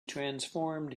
transformed